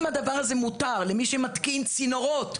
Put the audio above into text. אם הדבר הזה מותר למי שמתקין צינורות,